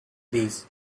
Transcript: these